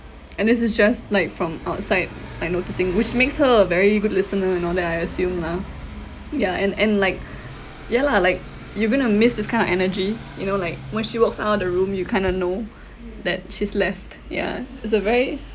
and this is just like from outside like noticing which makes her a very good listener and all that I assume lah ya and and like ya lah like you're going to miss this kind of energy you know like when she walks out of the room you kinda know that she's left yeah it's a very